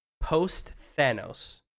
post-Thanos